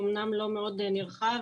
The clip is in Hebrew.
אומנם לא מאוד נרחב,